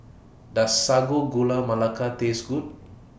Does Sago Gula Melaka Taste Good